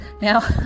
now